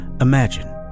Imagine